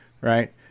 right